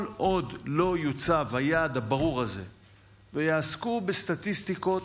כל עוד לא יוצב היעד הברור הזה ויעסקו בסטטיסטיקות,